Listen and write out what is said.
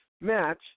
match